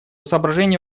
соображения